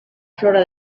flora